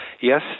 Yes